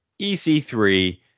EC3